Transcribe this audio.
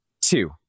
two